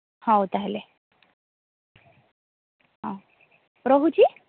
ହଉ ତା' ହେଲେ ହଁ ରହୁଛି